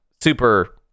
super